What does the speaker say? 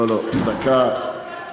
לא, הנתונים מיום פתיחת התיק.